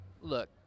look